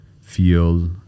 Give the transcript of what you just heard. feel